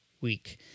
week